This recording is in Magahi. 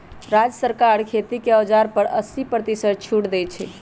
राज्य सरकार खेती के औजार पर अस्सी परतिशत छुट देई छई